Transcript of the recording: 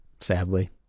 sadly